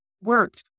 work